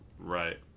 right